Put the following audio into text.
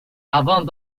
avant